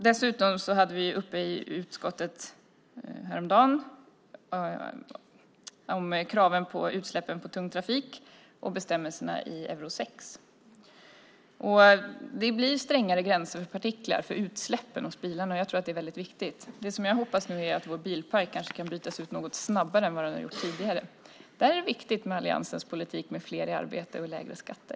Dessutom hade vi häromdagen frågan om kraven på utsläppen från tung trafik och bestämmelserna i Euro 6 uppe i utskottet. Det blir strängare gränser för partiklar när det gäller utsläppen från bilarna. Jag tror att det är väldigt viktigt. Det som jag nu hoppas är att vår bilpark kanske kan bytas ut något snabbare än tidigare. Där är det viktigt med alliansens politik för fler i arbete och lägre skatter.